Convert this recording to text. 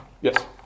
Yes